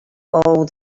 all